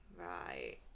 Right